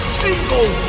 single